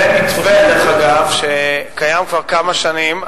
זה מתווה, דרך אגב, שקיים כבר כמה שנים.